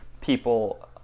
people